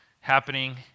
happening